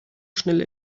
schnell